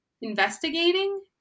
investigating